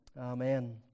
Amen